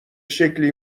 شکلی